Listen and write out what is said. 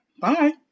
Bye